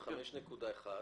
3.6?